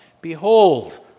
Behold